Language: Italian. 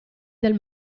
del